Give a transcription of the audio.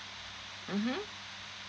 mmhmm